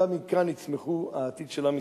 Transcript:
גם מכאן יצמח העתיד של עם ישראל.